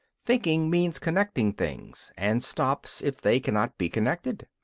thinking means connecting things, and stops if they cannot be connected.